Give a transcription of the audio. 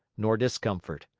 nor discomfort.